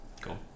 Cool